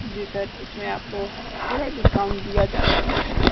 जी sir इसमें आपको थोड़ा डिस्काउंट दिया जा सकता है